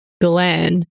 Glenn